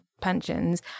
pensions